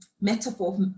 metaphor